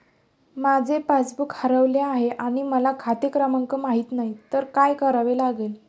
माझे पासबूक हरवले आहे आणि मला खाते क्रमांक माहित नाही तर काय करावे लागेल?